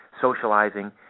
socializing